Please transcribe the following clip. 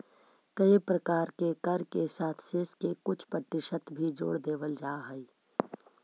कए प्रकार के कर के साथ सेस के कुछ परतिसत भी जोड़ देवल जा हई